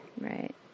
Right